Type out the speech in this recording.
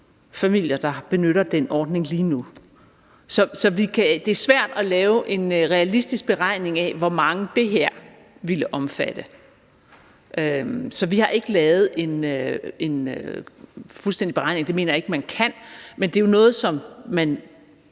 familier, der benytter den ordning lige nu. Det er svært at lave en realistisk beregning af, hvor mange det her ville omfatte. Så vi har ikke lavet en fuldstændig beregning, og det mener jeg ikke man kan. Men det er jo noget, som man,